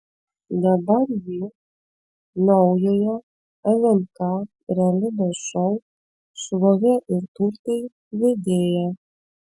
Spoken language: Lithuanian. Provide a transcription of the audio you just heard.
dabar ji naujojo lnk realybės šou šlovė ir turtai vedėja